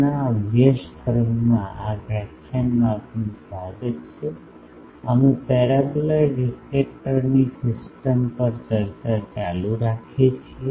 ના અભ્યાસક્રમમાં આ વ્યાખ્યાનમાં આપનું સ્વાગત છે અમે પેરાબોલોઈડ રિફલેક્ટર સિસ્ટમ પર ચર્ચા ચાલુ રાખીએ છીએ